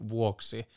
vuoksi